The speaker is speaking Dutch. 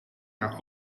haar